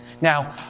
now